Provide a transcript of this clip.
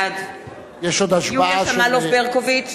בעד יוליה שמאלוב-ברקוביץ,